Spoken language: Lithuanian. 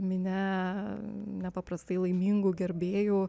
minia nepaprastai laimingų gerbėjų